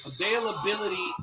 Availability